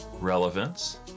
relevance